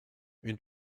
une